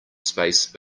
space